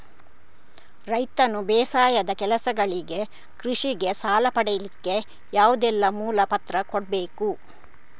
ರೈತನು ಬೇಸಾಯದ ಕೆಲಸಗಳಿಗೆ, ಕೃಷಿಗೆ ಸಾಲ ಪಡಿಲಿಕ್ಕೆ ಯಾವುದೆಲ್ಲ ಮೂಲ ಪತ್ರ ಕೊಡ್ಬೇಕು?